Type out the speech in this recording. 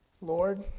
Lord